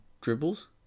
dribbles